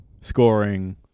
scoring